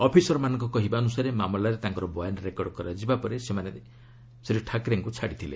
ଅଫିସରମାନଙ୍କ କହିବା ଅନୁସାରେ ମାମଲାରେ ତାଙ୍କର ବୟାନ ରେକର୍ଡ଼ କରାଯିବା ପରେ ସେମାନେ ରାଜଠାକ୍ରେଙ୍କୁ ଛାଡ଼ିଥିଲେ